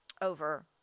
over